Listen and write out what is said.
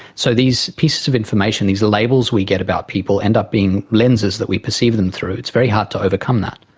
so these pieces of information, these labels we get about people end up being lenses that we perceive them through, it's very hard to overcome that.